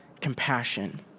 compassion